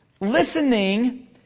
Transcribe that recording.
Listening